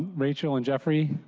rachel and jeffrey.